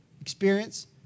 experience